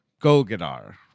Golgadar